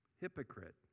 Hypocrite